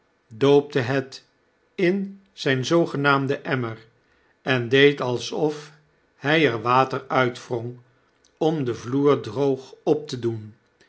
doopte net in zyn zoogenaamden emmer en deed alsof hy er water uit wrong om den vloer droog op te doen